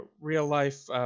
real-life